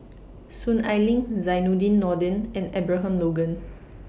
Soon Ai Ling Zainudin Nordin and Abraham Logan